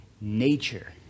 nature